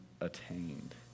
attained